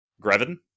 Grevin